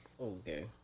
Okay